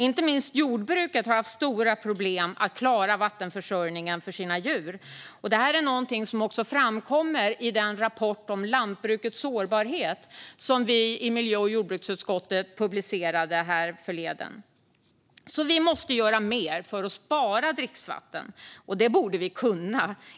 Inte minst jordbruket har haft stora problem att klara vattenförsörjningen för sina djur. Detta är något som också framkommer i den rapport om lantbrukets sårbarhet som vi i miljö och jordbruksutskottet härförleden publicerade. Vi måste alltså göra mer för att spara dricksvatten, och det borde vi kunna.